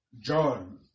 John